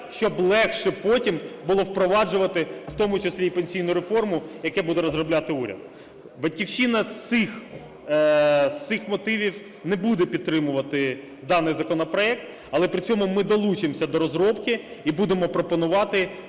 щоб легше потім було впроваджувати, в тому числі, і пенсійну реформу, яку буде розробляти уряд. "Батьківщина" з цих мотивів не буде підтримувати даний законопроект, але при цьому ми долучимося до розробки, і будемо пропонувати